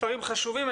דברים חשובים.